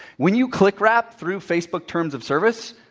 when you click-wrap through facebook terms of service,